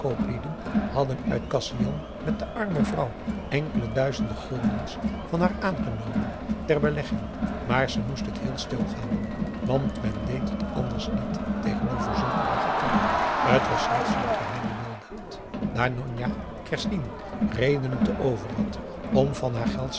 met de arme vrouw enkele duizenden guldens van haar aangenomen ter belegging maar ze moest het heel stil houden want men deed het anders niet tegenover zulke bagatellen t was slechts een geheime weldaad daar njonjah kerstien redenen te over had om van haar